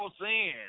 sin